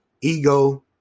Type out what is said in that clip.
ego